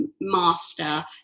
master